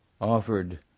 offered